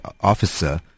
officer